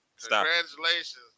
congratulations